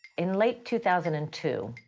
in late two thousand and two,